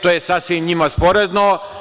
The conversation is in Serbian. To je sasvim njima sporedno.